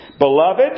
Beloved